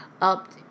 up